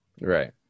Right